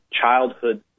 childhood